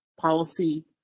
policy